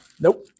nope